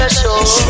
show